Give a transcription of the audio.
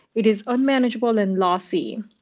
it is unmanageable and lossy.